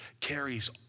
carries